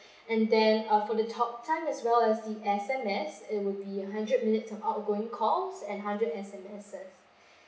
and then uh for the talk time as well as the S_M_S it would be hundred minutes of outgoing calls and hundred S_M_S